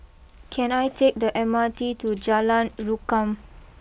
can I take the M R T to Jalan Rukam